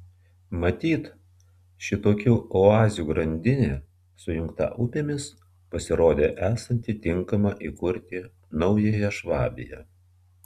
matyt šitokių oazių grandinė sujungta upėmis pasirodė esanti tinkama įkurti naująją švabiją